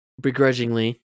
Begrudgingly